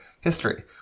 history